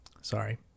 sorry